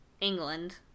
England